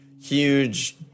huge